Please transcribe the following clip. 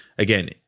Again